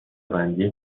بندی